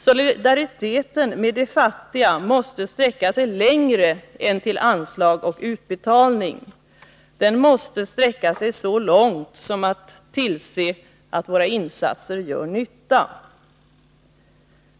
Solidariteten med de fattiga måste sträcka sig längre än till anslag och utbetalning, den måste sträcka sig så långt som till att tillse att våra insatser gör nytta.